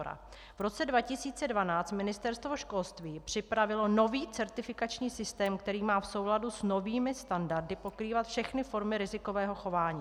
V roce 2012 Ministerstvo školství připravilo nový certifikační systém, který má v souladu s novými standardy pokrývat všechny formy rizikového chování.